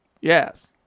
Yes